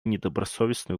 недобросовестную